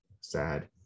sad